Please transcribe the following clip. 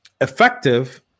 effective